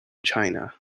china